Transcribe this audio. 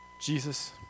Jesus